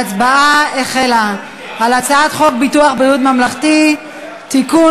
החלה ההצבעה על הצעת חוק ביטוח בריאות ממלכתי (תיקון,